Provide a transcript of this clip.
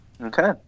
okay